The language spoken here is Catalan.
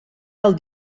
del